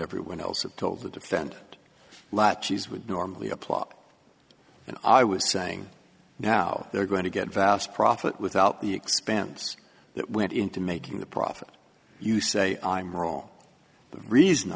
everyone else are told the defendant latches would normally a plot and i was saying now they're going to get vast profit without the expense that went into making the profit you say i'm wrong the reason